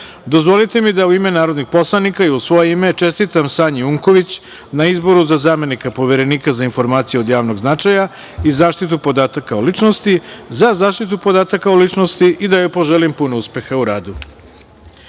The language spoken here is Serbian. odluke. Dozvolite mi da u ime narodnih poslanika i u svoje ime čestitam Sanji Unković na izboru za zamenika Poverenika za informacije od javnog značaja i zaštitu podataka o ličnosti - za zaštitu podataka o ličnosti i da joj poželim puno uspeha u